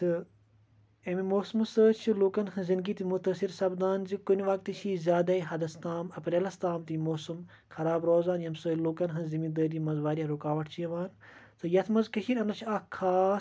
تہٕ اَمہِ موسمہٕ سۭتۍ چھِ لوٗکَن ہٕنٛز زنٛدگی تہِ مُتٲثر سَپدان زِ کُنہِ وَقتہٕ چھِ یہِ زیادَے حَدَس تام اَپریلَس تام تہِ یہِ موسَم خراب روزان ییٚمہِ سۭتۍ لوٗکَن ہٕنٛز زِمیٖندٲری منٛز واریاہ رُکاوَٹ چھِ یِوان تہٕ یَتھ منٛز کٔشیٖرِ انٛدر چھِ اَکھ خاص